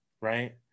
right